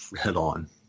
head-on